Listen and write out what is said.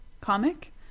comic